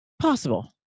Possible